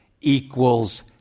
equals